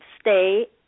stay